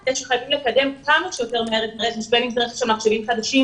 זה שחייבים לקדם כמה שיותר מהר את הרכש של מחשבים חדשים